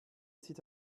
sit